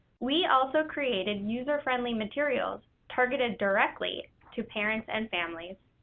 we also created user-friendly materials targeted directly to parents and families.